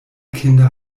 kinder